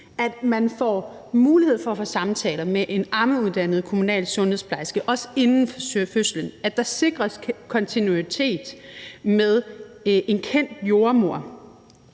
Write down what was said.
at man får mulighed for at få samtaler med en ammeuddannet kommunal sundhedsplejerske, også inden fødslen; at der sikres kontinuitet med en kendt jordemoder;